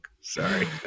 Sorry